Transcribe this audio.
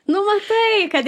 nu matai kad